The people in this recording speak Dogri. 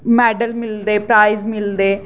मैडल मिलदे प्राइज मिलदे